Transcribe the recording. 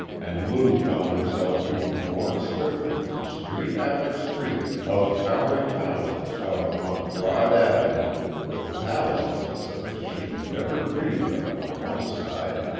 and lou found herself being borne swiftly through street after street of towering houses out upon a broad avenue with palaces such as she had never dreamed of on one side,